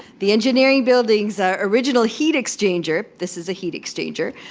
the engineering building's original heat exchanger, this is a heat exchanger,